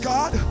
God